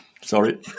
Sorry